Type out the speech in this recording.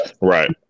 right